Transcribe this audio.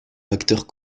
acteurs